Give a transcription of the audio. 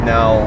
Now